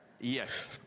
Yes